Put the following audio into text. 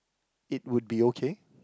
it would be okay